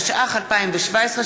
התשע"ח 2017,